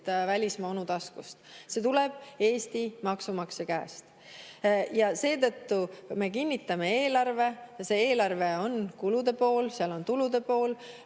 välismaa onu taskust, see tuleb Eesti maksumaksja käest. Seetõttu me kinnitame eelarve, selles on kulude pool ja tulude pool.